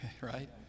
right